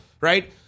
right